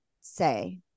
say